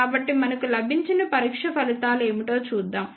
కాబట్టి మనకు లభించిన పరీక్ష ఫలితాలు ఏమిటో చూద్దాం